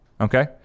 okay